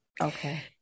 Okay